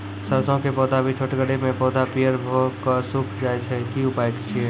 सरसों के पौधा भी छोटगरे मे पौधा पीयर भो कऽ सूख जाय छै, की उपाय छियै?